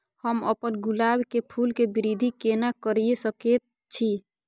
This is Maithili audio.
हम अपन गुलाब के फूल के वृद्धि केना करिये सकेत छी?